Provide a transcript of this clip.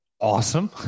Awesome